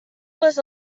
les